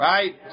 Right